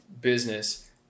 business